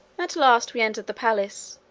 at last we entered the palace,